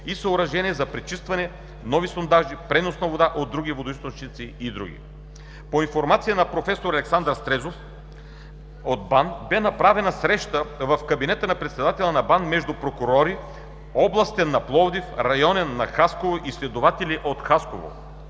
и съоръжения за пречистване, нови сондажи, пренос на вода от други източници и други. По информация на проф. дхн. Александър Стрезов – ИЯИЯЕ-БАН бе направена среща в кабинета на председателя на БАН между прокурори – областен на Пловдив, районен от Хасково и следовател от Хасково